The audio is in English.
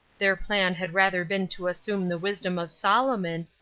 their plan had rather been to assume the wisdom of solomon,